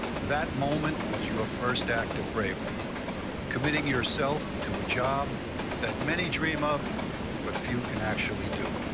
that moment was your first act of bravery committing yourself to a job that many dream of but few can actually do.